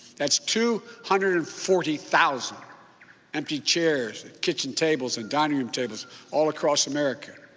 that's two hundred and forty thousand empty chairs at kitchen tables and dining room tables all across america.